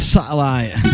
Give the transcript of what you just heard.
Satellite